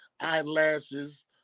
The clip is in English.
eyelashes